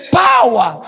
power